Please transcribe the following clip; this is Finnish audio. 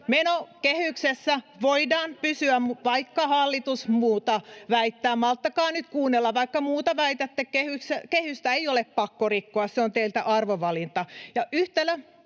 Menokehyksessä voidaan pysyä, vaikka hallitus muuta väittää. [Anneli Kiljusen välihuuto] — Malttakaa nyt kuunnella. Vaikka muuta väitätte, kehystä ei ole pakko rikkoa. Se on teiltä arvovalinta.